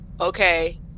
okay